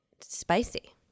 spicy